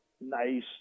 nice